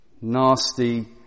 nasty